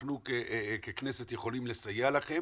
שאנחנו ככנסת יכולים לסייע לכם?